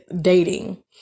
dating